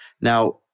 Now